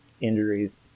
injuries